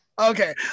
Okay